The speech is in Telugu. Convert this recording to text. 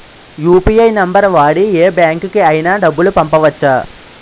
యు.పి.ఐ నంబర్ వాడి యే బ్యాంకుకి అయినా డబ్బులు పంపవచ్చ్చా?